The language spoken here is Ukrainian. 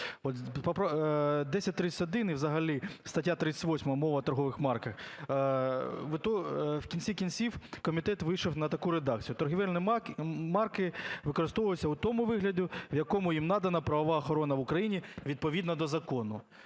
1031 і взагалі стаття 38 "Мова у торгових марках", в кінці кінців комітет вийшов на таку редакцію: "Торговельні марки використовуються у тому вигляді, в якому їм надана правова охорона в Україні відповідно до закону".